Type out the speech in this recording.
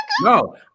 No